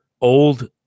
old